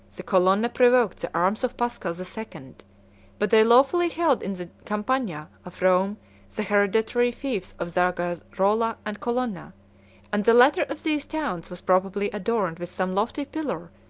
the colonna provoked the arms of paschal the second but they lawfully held in the campagna of rome the hereditary fiefs of zagarola and colonna and the latter of these towns was probably adorned with some lofty pillar,